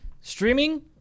Streaming